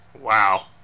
Wow